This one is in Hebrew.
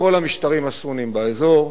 לכל המשטרים הסוניים באזור,